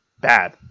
bad